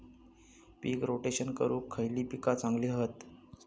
पीक rotation करूक खयली पीका चांगली हत?